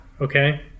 okay